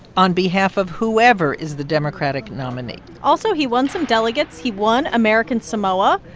on behalf of whoever is the democratic nominee also, he won some delegates. he won american samoa.